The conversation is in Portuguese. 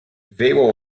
veio